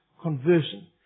conversion